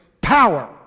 power